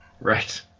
Right